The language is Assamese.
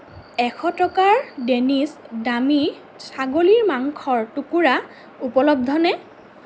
এশ টকাৰ ডেনিছ দামী ছাগলীৰ মাংসৰ টুকুৰা উপলব্ধ নে